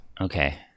Okay